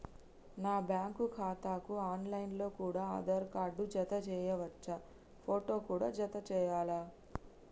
నా బ్యాంకు ఖాతాకు online లో కూడా ఆధార్ కార్డు జత చేయవచ్చా ఫోటో కూడా జత చేయాలా?